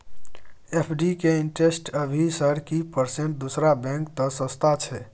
FD के interest अभी sir की परसेंट दूसरा बैंक त सस्ता छः?